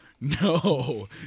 no